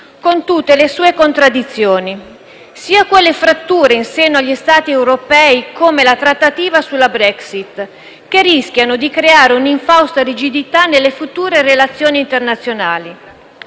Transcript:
con tutte le sue contraddizioni; sia quelle fratture in seno agli Stati europei, come la trattativa sulla Brexit, che rischiano di creare un'infausta rigidità nelle future relazioni internazionali.